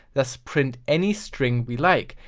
thus print any string we like,